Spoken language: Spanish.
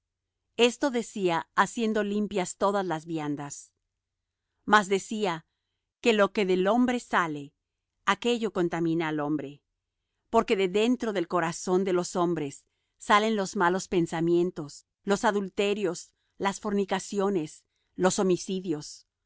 esto decía haciendo limpias todas las viandas mas decía que lo que del hombre sale aquello contamina al hombre porque de dentro del corazón de los hombres salen los malos pensamientos los adulterios las fornicaciones los homicidios